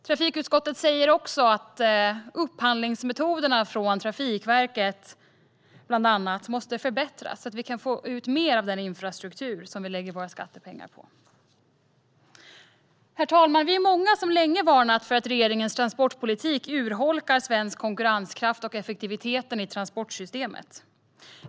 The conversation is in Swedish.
Trafikutskottet säger också att upphandlingsmetoderna från bland annat Trafikverket måste förbättras så att vi kan få ut mer av den infrastruktur som vi lägger våra skattepengar på. Herr talman! Vi är många som länge varnat för att regeringens transportpolitik urholkar svensk konkurrenskraft och effektiviteten i transportsystemet.